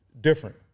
different